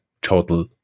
total